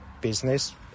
business